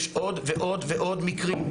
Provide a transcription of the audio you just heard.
יש עוד ועוד מקרים.